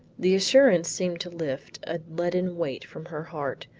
the assurance seemed to lift a leaden weight from her heart.